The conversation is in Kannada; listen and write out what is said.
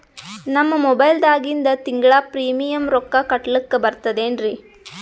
ನಮ್ಮ ಮೊಬೈಲದಾಗಿಂದ ತಿಂಗಳ ಪ್ರೀಮಿಯಂ ರೊಕ್ಕ ಕಟ್ಲಕ್ಕ ಬರ್ತದೇನ್ರಿ?